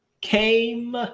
came